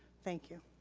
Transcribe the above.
thank you.